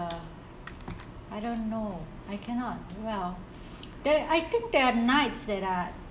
I don't know I cannot well that I think there are nights that are